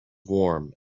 warm